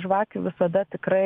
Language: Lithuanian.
žvakių visada tikrai